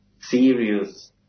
serious